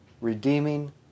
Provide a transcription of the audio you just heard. redeeming